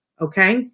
Okay